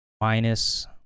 minus